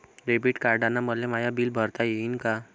Debit कार्डानं मले माय बिल भरता येईन का?